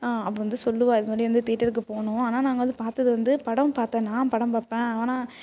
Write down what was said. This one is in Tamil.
அப்போ வந்து சொல்லுவாள் இதுமாதிரி வந்து தேட்டருக்கு போனோம் ஆனால் நாங்கள் அதை பார்த்தது வந்து படம் பார்த்தேன் நான் படம் பார்த்தேன் ஆனால்